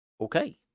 Okay